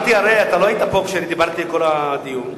לא היית פה כשדיברתי כל הדיון.